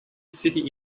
city